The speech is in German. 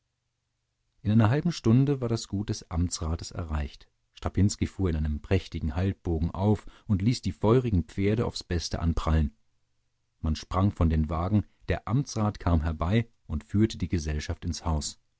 in einer halben stunde war das gut des amtsrates erreicht strapinski fuhr in einem prächtigen halbbogen auf und ließ die feurigen pferde aufs beste anprallen man sprang von den wagen der amtsrat kam herbei und führte die gesellschaft ins haus